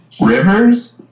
Rivers